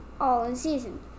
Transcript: all-in-season